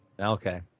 Okay